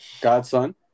Godson